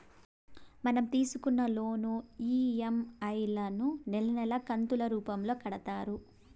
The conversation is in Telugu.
మనం తీసుకున్న లోను ఈ.ఎం.ఐ లను నెలా నెలా కంతులు రూపంలో కడతారు